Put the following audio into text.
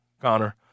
Connor